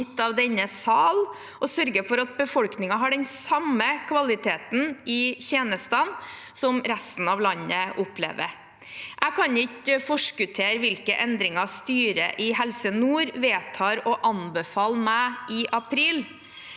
og sørge for at befolkningen har den samme kvaliteten i tjenestene som resten av landet opplever. Jeg kan ikke forskuttere hvilke endringer styret i Helse Nord vedtar og anbefaler meg i april.